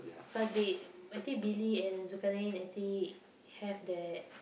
cause they I think Billy and Zulkarnin I think have that